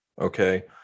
okay